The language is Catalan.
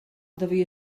devia